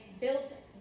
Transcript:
built